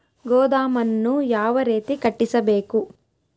ಗೋದಾಮನ್ನು ಯಾವ ರೇತಿ ಕಟ್ಟಿಸಬೇಕು?